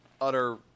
utter